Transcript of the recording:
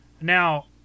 Now